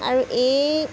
আৰু এই